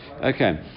Okay